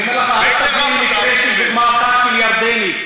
אני אומר לך, אל תביא לי מקרה של, של ירדני.